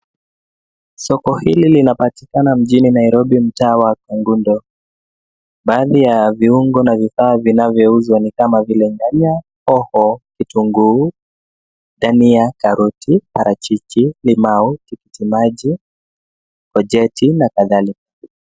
Soko hili linapatikana mjini Nairobi mtaa wa Kagundo. Baadhi ya viungo na vifaa vinavyouzwa ni kama vile nyanya, hoho, kitunguu, dhania, karoti, parachichi, limau, tikiti maji ,kojeti na kadhalika.